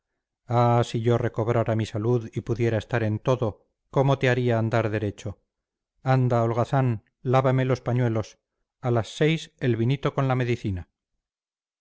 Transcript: ah si yo recobrara mi salud y pudiera estar en todo cómo te haría andar derecho anda holgazán lávame los pañuelos a las seis el vinito con la medicina